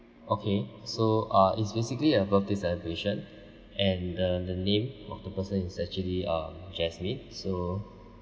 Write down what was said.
okay so uh it's basically a birthday celebration and the the name of the person is actually uh jasmine so